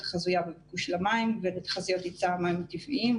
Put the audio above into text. החזויה בביקוש למים ולתחזיות היצע המים הטבעיים,